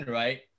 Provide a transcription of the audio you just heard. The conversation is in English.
right